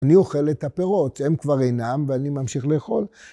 ‫אני אוכל את הפירות, ‫הם כבר אינם ואני ממשיך לאכול.